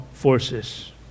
Forces